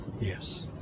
Yes